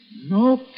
No